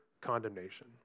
condemnation